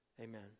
Amen